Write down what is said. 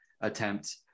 attempt